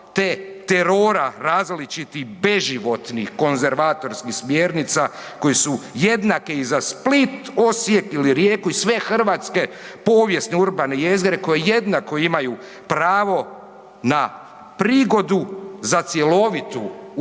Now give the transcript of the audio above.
te terora različitih beživotnih konzervatorskih smjernica koji su jednaki i za Split, Osijek ili Rijeku i sve hrvatske povijesne urbane jezgre koje jednako imaju pravo na prigodu za cjelovitu urbanu